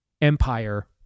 Empire